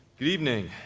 good evening.